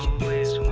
place